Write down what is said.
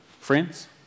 friends